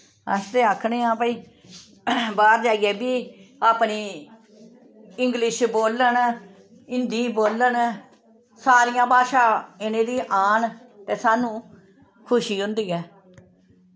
अस ते आखने आं भाई बाह्र जाइयै बी अपनी इंग्लिश बोलन हिन्दी बोलन सारियां भाशां इ'नें गी आन ते सानू खुशी होंदी ऐ